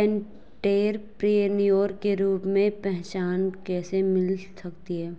Entrepreneur के रूप में पहचान कैसे मिल सकती है?